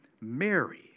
Mary